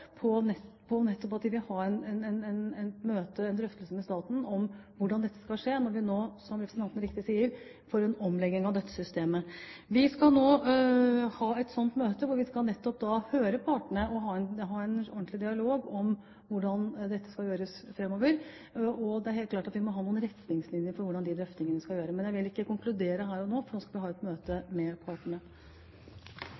møte, en drøftelse med staten, om hvordan dette skal skje, når vi nå – som representanten riktig sier – får en omlegging av dette systemet. Vi skal nå ha et slikt møte hvor vi nettopp skal høre partene og ha en ordentlig dialog om hvordan dette skal gjøres framover, og det er helt klart at vi må ha noen retningslinjer for hvordan disse drøftingene skal gjøres. Men jeg vil ikke konkludere her og nå, for nå skal vi ha et møte